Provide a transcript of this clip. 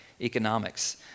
economics